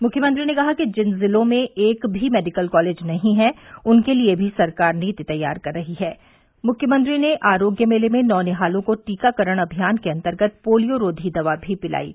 मुख्यमंत्री ने कहा कि जिन जिलों में एक भी मेडिकल कॉलेज नहीं हैं उनके लिए भी सरकार नीति तैयार कर रही है मुख्यमंत्री ने आरोग्य मेले में नौनिहालों को टीकाकरण अभियान के अंतर्गत पोलियोरोधी दवा भी पिलायी